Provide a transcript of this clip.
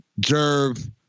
Jerv